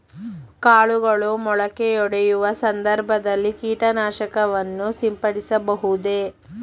ಕಾಳುಗಳು ಮೊಳಕೆಯೊಡೆಯುವ ಸಂದರ್ಭದಲ್ಲಿ ಕೀಟನಾಶಕವನ್ನು ಸಿಂಪಡಿಸಬಹುದೇ?